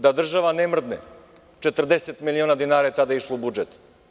Da država ne mrdne, 40 miliona dinara je tada išlo u budžet.